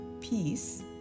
peace